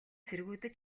цэргүүд